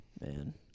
Man